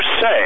say